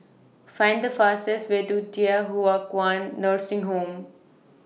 Find The fastest Way to Thye Hua Kwan Nursing Home